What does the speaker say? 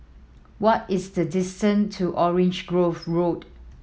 what is the distance to Orange Grove Road